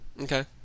Okay